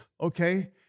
Okay